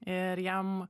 ir jam